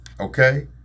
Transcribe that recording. Okay